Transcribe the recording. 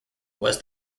was